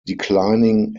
declining